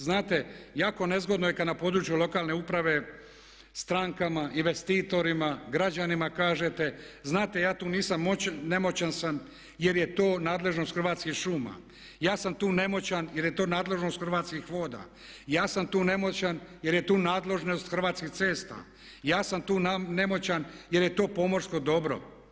Znate jako nezgodno je kada na području lokalne uprave strankama, investitorima, građanima kažete znate ja tu nisam moćan, nemoćan sam jer je to nadležnost Hrvatskih šuma, ja sam tu nemoćan jer je to nadležnost Hrvatskih voda, ja sam tu nemoćan jer je tu nadležnost Hrvatskih cesta, ja sam tu nemoćan jer je to pomorsko dobro.